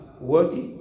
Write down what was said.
worthy